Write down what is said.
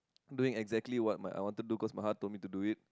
doing exactly what my I want to do cause my heart told me to do it